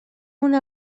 una